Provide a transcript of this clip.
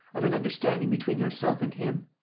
of an understanding between yourself and him.